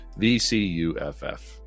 VCUFF